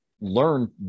learn